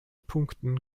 punkten